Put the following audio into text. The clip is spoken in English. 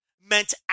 meant